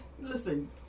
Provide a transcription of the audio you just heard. Listen